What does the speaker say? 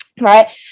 right